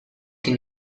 can